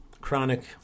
chronic